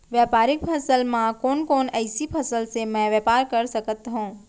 व्यापारिक फसल म कोन कोन एसई फसल से मैं व्यापार कर सकत हो?